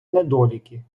недоліки